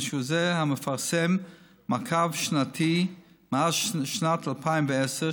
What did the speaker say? אלא שהוא שמפרסם מעקב שנתי מאז שנת 2010,